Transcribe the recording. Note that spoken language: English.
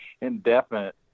Indefinite